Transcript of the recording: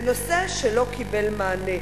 זה נושא שלא קיבל מענה.